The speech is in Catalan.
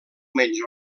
menys